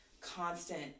constant